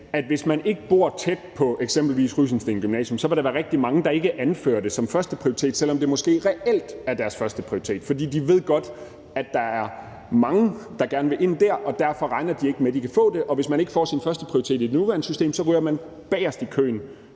hvis man ikke bor tæt på eksempelvis Rysensteen Gymnasium, så vil der være rigtig mange, der ikke anfører det som førsteprioritet, selv om det måske reelt er deres førsteprioritet, for de ved godt, at der er mange, der gerne vil ind der, og derfor regner de ikke med, at de kan få det, og hvis man ikke får sin førsteprioritet i det nuværende system, ryger man bagest i køen